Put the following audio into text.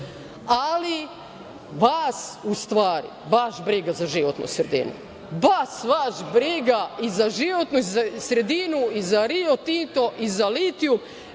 ali vas u stvari baš briga za životnu sredinu. Baš vas briga i za životnu sredinu i za Rio Tinto i za litijum. Kako